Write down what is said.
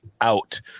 out